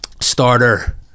starter